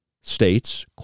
states